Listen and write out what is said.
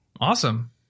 Awesome